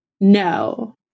No